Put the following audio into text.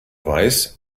weiß